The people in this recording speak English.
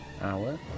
hour